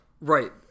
right